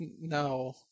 No